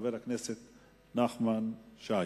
חבר הכנסת נחמן שי.